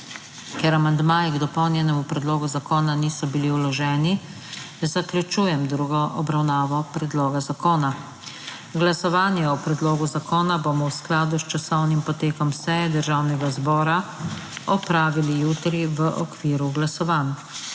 Ker amandmaji k dopolnjenemu predlogu zakona niso bili vloženi, zaključujem drugo obravnavo predloga zakona. Glasovanje o predlogu zakona bomo v skladu s časovnim potekom seje Državnega zbora opravili jutri v okviru glasovanj.